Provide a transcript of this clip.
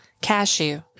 cashew